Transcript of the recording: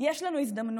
יש לנו הזדמנות,